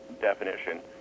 definition